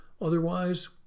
Otherwise